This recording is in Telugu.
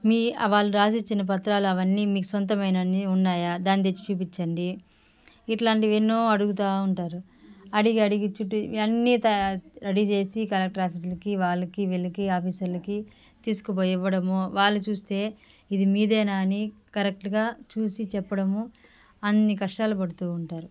మీ వాళ్ళు రాసి ఇచ్చిన పత్రాలు అవన్నీ మీకు సొంతమైనవి ఉన్నాయా దాని తెచ్చి చూపించండి ఇట్లాంటివి ఎన్నో అడుగుతా ఉంటారు అడిగి అడిగి చుట్టు అన్నీ త రెడీ చేసి కలెక్టర్ ఆఫీసులకి వాళ్ళకి వీళ్ళకి ఆఫీసర్లకి తీసుకుపోయి ఇవ్వడం వాళ్ళు చూసి ఇది మీదేనా అని కరెక్ట్గా చూసి చెప్పడం అన్ని కష్టాలు పడుతు ఉంటారు